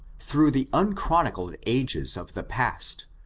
through the unchronicled ages of the past,